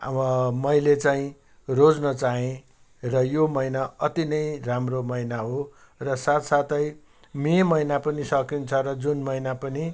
अब मैले चाहिँ रोज्न चाहेँ र यो महिना अति नै राम्रो महिना हो र साथसाथै मे महिना पनि सकिन्छ र जुन महिना पनि